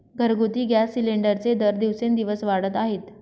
घरगुती गॅस सिलिंडरचे दर दिवसेंदिवस वाढत आहेत